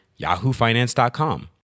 yahoofinance.com